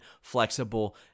flexible